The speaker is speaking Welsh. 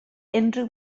unrhyw